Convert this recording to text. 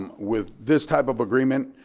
um with this type of agreement,